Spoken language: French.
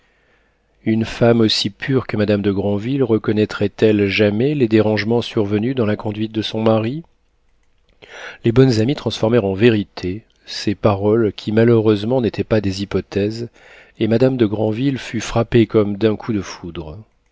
une femme aussi pure que madame de granville reconnaîtrait elle jamais les dérangements survenus dans la conduite de son mari les bonnes amies transformèrent en vérités ces paroles qui malheureusement n'étaient pas des hypothèses et madame de granville fut frappée comme d'un coup de foudre